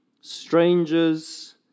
strangers